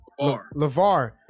Lavar